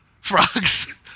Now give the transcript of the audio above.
Frogs